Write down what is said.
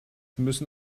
müssen